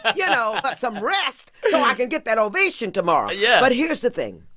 yeah know, but some rest so i can get that ovation tomorrow yeah but here's the thing.